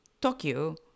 Tokyo